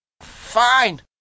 Fine